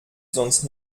sonst